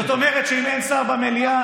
זאת אומרת שאם אין שר במליאה,